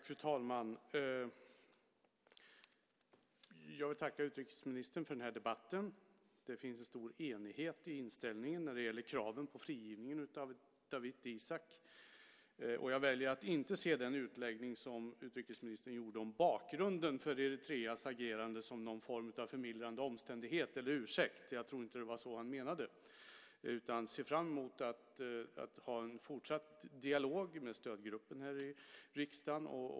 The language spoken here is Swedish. Fru talman! Jag vill tacka utrikesministern för den här debatten. Det finns en stor enighet i inställningen när det gäller kraven på frigivningen av Dawit Isaak. Jag väljer att inte se den utläggning som utrikesministern gjorde om bakgrunden för Eritreas agerande som någon form av förmildrande omständighet eller ursäkt. Jag tror inte att det var så han menade. Jag ser fram emot att ha en fortsatt dialog med stödgruppen här i riksdagen.